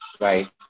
right